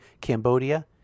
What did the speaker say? Cambodia